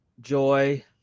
Joy